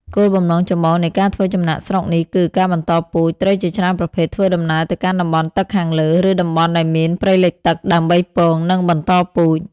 គោលបំណងចម្បងនៃការធ្វើចំណាកស្រុកនេះគឺ ការបន្តពូជ ត្រីជាច្រើនប្រភេទធ្វើដំណើរទៅកាន់តំបន់ទឹកខាងលើ ឬតំបន់ដែលមានព្រៃលិចទឹកដើម្បីពង និងបន្តពូជ។